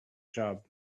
job